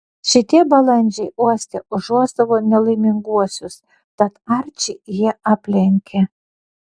šitie balandžiai uoste užuosdavo nelaiminguosius tad arčį jie aplenkė